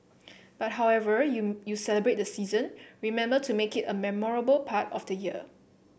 but however you you celebrate the season remember to make it a memorable part of the year